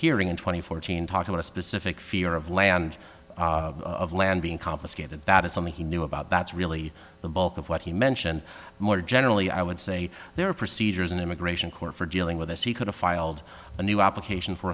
hearing in twenty fourteen talk about a specific fear of land of land being confiscated that is something he knew about that's really the bulk of what he mentioned more generally i would say there are procedures in immigration court for dealing with this he could have filed a new application for